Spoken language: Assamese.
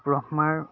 ব্ৰহ্মাৰ